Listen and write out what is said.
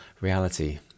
reality